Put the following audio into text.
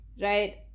right